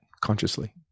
consciously